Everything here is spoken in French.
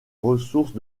ressources